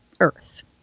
Earth